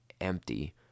empty